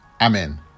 amen